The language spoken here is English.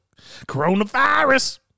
coronavirus